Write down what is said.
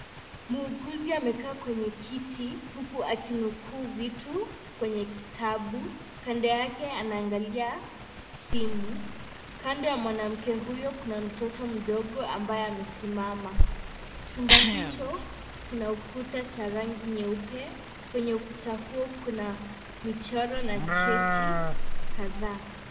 Muuguzi amekaa kwenye kiti huku akinukuu vitu kwenye kitabu kando yake anaangalia simu, kando ya mwanamke huyo kuna mtoto mdogo ambaye amesimama chumba hicho kina ukuta cha rangi nyeupe kwenye ukuta huo kuna michoro na cheti kadhaa.